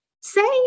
say